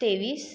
तेवीस